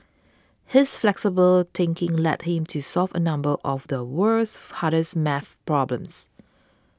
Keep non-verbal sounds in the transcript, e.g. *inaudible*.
his flexible thinking led him to solve a number of the world's *noise* hardest math problems